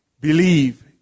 believe